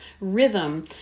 rhythm